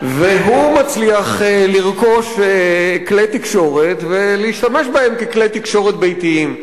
והוא מצליח לרכוש כלי תקשורת ולהשתמש בהם ככלי תקשורת ביתיים.